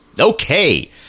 Okay